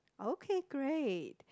okay great